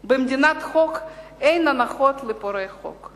אין הנחות לפורעי חוק.